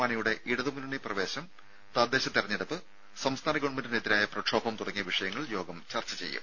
മാണിയുടെ ഇടതുമുന്നണി പ്രവേശം തദ്ദേശ തെരഞ്ഞെടുപ്പ് സംസ്ഥാന ഗവൺമെന്റിനെതിരായ പ്രക്ഷോഭം തുടങ്ങിയ വിഷയങ്ങൾ യോഗം ചർച്ച ചെയ്യും